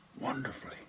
Wonderfully